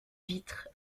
vitres